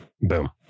boom